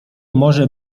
może